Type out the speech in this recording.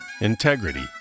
integrity